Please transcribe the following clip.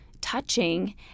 touching